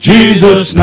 Jesus